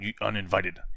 uninvited